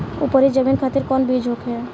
उपरी जमीन खातिर कौन बीज होखे?